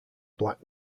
black